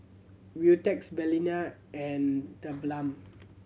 Beautex Balina and TheBalm